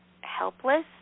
helpless